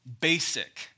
basic